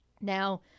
now